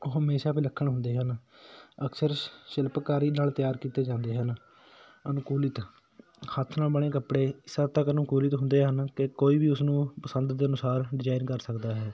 ਉਹ ਹਮੇਸ਼ਾ ਵਿਲੱਖਣ ਹੁੰਦੇ ਹਨ ਅਕਸਰ ਸ਼ਿਲਪਕਾਰੀ ਨਾਲ ਤਿਆਰ ਕੀਤੇ ਜਾਂਦੇ ਹਨ ਅਨੂਕੂਲਿਤ ਹੱਥ ਨਾਲ ਬਣੇ ਕੱਪੜੇ ਸਤਕ ਨੂੰ ਅਨੁਕੂਲਿਤ ਹੁੰਦੇ ਹਨ ਕਿ ਕੋਈ ਵੀ ਉਸਨੂੰ ਪਸੰਦ ਦੇ ਅਨੁਸਾਰ ਡਿਜ਼ਾਇਨ ਕਰ ਸਕਦਾ ਹੈ